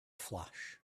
flash